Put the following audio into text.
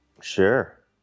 Sure